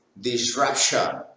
Disruption